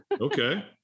Okay